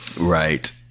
Right